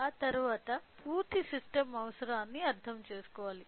ఆ తరువాత పూర్తి సిస్టమ్ అవసరాన్ని అర్థం చేసుకోవాలి